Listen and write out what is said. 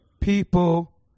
people